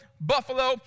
buffalo